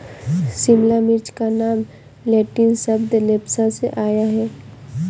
शिमला मिर्च का नाम लैटिन शब्द लेप्सा से आया है